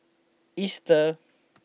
Easter